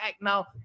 Now